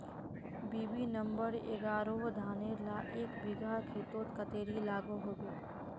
BB number एगारोह धानेर ला एक बिगहा खेतोत कतेरी लागोहो होबे?